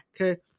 okay